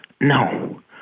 no